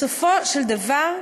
בסופו של דבר,